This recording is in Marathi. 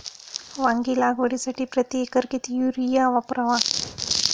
वांगी लागवडीसाठी प्रति एकर किती युरिया वापरावा?